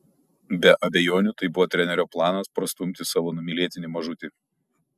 be abejonių tai buvo trenerio planas prastumti savo numylėtinį mažutį